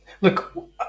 Look –